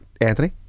Anthony